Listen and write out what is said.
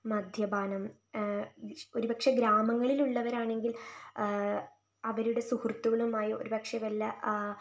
മദ്യപാനം ഒരു പക്ഷേ ഗ്രാമങ്ങളിൽ ഉള്ളവരാണെങ്കിൽ അവരുടെ സുഹൃത്തുക്കളുമായി ഒരു പക്ഷേ വല്ല